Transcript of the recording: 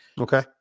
Okay